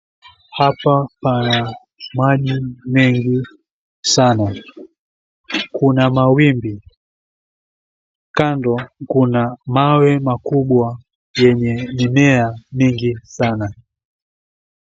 Hapa pana maji mengi sana, kuna mawimbi kando, kuna mawe makubwa sana yenye mimea mengi sana.